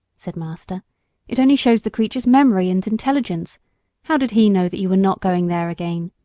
said master it only shows the creature's memory and intelligence how did he know that you were not going there again?